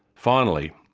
finally,